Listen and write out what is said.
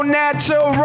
natural